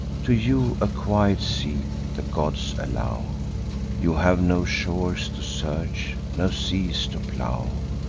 to you a quiet seat the gods allow you have no shores to search, no seas to plow,